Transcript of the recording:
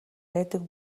байдаг